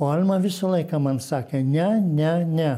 o alma visą laiką man sakė ne ne ne